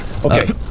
Okay